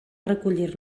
recollir